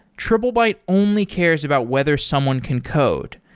triplebyte only cares about whether someone can code.